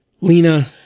Lena